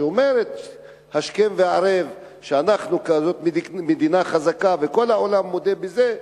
שאומרת השכם והערב שאנחנו כזאת מדינה חזקה וכל העולם מודה בזה,